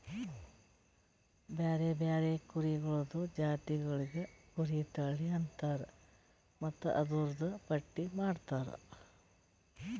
ಬ್ಯಾರೆ ಬ್ಯಾರೆ ಕುರಿಗೊಳ್ದು ಜಾತಿಗೊಳಿಗ್ ಕುರಿ ತಳಿ ಅಂತರ್ ಮತ್ತ್ ಅದೂರ್ದು ಪಟ್ಟಿ ಮಾಡ್ತಾರ